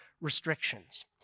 restrictions